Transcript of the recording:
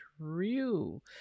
true